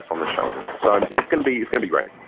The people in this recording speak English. on the shoulders. so it's gonna be it's gonna be great